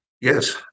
Yes